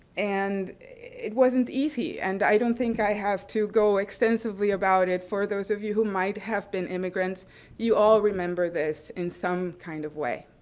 and it wasn't easy, and i don't think i have to go extensively about it. for those of you who might have been immigrants you all remember this in some kind of way.